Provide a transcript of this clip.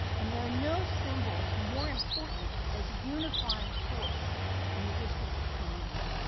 and there are no symbols more important as a unifying force in the district of columbia,